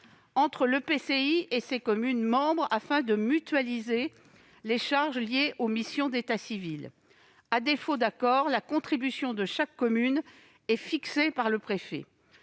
(EPCI) et ses communes membres, afin de mutualiser les charges liées aux missions d'état civil. À défaut d'accord, la contribution de chaque commune est fixée par le préfet.